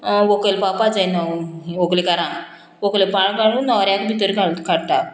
व्हंकल पावपा जायना व्हंकलेकारांक व्हंकेक भायर काडून न्हवऱ्याक भितर काडटा